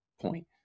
point